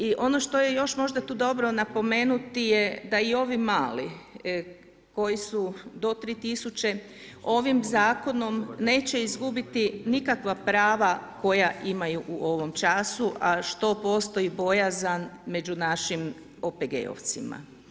I ono što je možda još tu dobro napomenuti je da i ovi mali, koji su do 3000 ovim Zakonom neće izgubiti nikakva prava koja imaju u ovom času, a što postoji bojazan među našim OPG-ovcima.